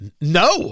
No